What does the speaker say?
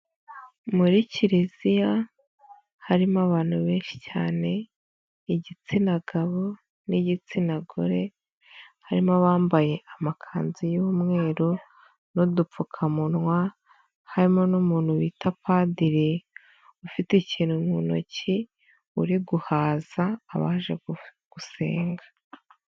Muri kiliziya harimo abantu benshi cyane igitsina gabo n'igitsina gore harimo abambaye amakanzu y'umweru n'udupfukamunwa, harimo n'umuntu bita Padiri ufite ikintu mu ntoki uri guhaza abaje gusenga.